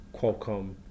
Qualcomm